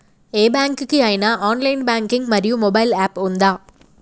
ఏ bank కి ఐనా online banking మరియు మొబైల్ యాప్ ఉందా?